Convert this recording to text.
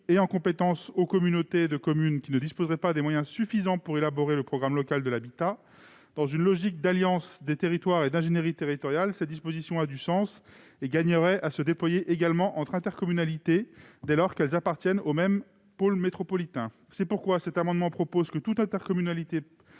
et en compétences aux communautés de communes qui ne disposeraient pas des moyens suffisants pour élaborer le programme local de l'habitat. Dans une logique d'alliance des territoires et d'ingénierie territoriale, cette disposition a du sens et gagnerait à se déployer également entre intercommunalités, dès lors qu'elles appartiennent au même pôle métropolitain. C'est pourquoi nous proposons que toute intercommunalité